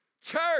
Church